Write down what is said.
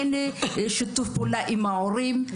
אין שיתוף פעולה עם ההורים,